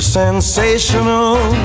sensational